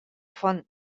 font